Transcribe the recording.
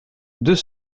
deux